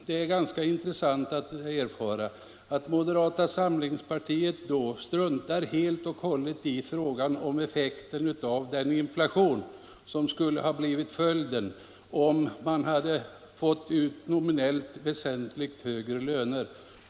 Det är ganska intressant att erfara att moderata samlingspartiet då struntar helt och hållet i effekten av den inflation som skulle ha blivit följden om man hade fått ut nominellt väsentligt högre löner.